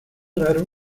raro